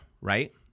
right